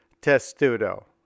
Testudo